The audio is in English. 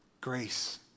Grace